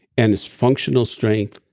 and it's functional strength.